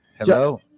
Hello